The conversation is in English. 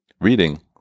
Reading